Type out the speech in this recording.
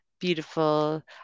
beautiful